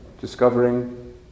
discovering